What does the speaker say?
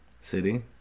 city